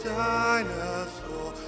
dinosaur